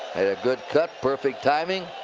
a good cut. perfect timing.